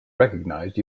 recognized